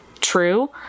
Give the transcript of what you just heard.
true